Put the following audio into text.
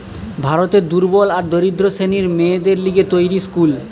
ভারতের দুর্বল আর দরিদ্র শ্রেণীর মেয়েদের লিগে তৈরী স্কুল